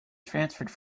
transferred